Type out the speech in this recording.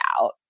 out